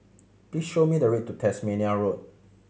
please show me the way to Tasmania Road